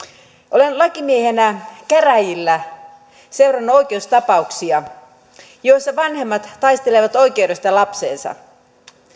olen lakimiehenä käräjillä seurannut oikeustapauksia joissa vanhemmat taistelevat oikeudesta lapseensa